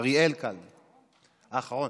אה, סליחה,